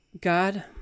God